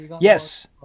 Yes